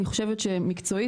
אני חושבת שמקצועית,